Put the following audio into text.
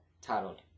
titled